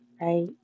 right